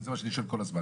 זה מה שאני שואל כל הזמן,